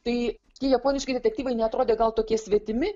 tai tie japoniški detektyvai neatrodė gal tokie svetimi